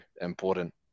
important